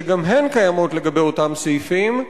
שגם הן קיימות לגבי אותם סעיפים,